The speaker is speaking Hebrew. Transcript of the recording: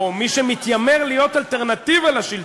או מי שמתיימר להיות אלטרנטיבה לשלטון,